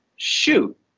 Shoot